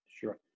Sure